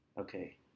Okay